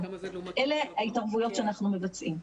אלה ההתערבויות שאנחנו מבצעים.